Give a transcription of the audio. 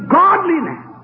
godliness